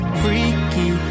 freaky